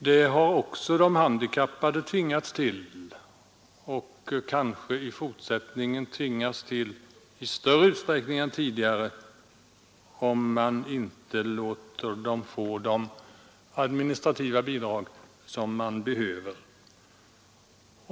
Det har också de handikappade tvingats till, och de kommer kanske i fortsättningen att tvingas till det i större utsträckning än tidigare, om man inte låter dem få de administrativa bidrag som de behöver.